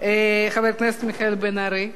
חבר הכנסת מיכאל בן-ארי.